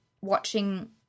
watching